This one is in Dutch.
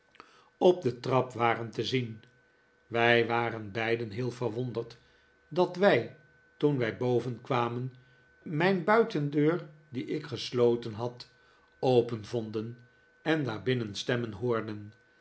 op de trap waren te zien wij waren beiden heel verwonderd dat wij toen wij boven kwamen mijn buitendeur die ik gesloten had open vonden en daarbinnen stemmen hoorden